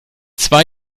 zwei